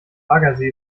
baggersee